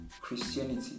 Christianity